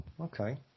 Okay